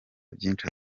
byinshi